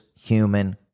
human